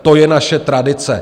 To je naše tradice.